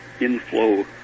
inflow